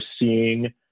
seeing